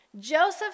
Joseph